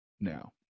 now